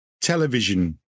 Television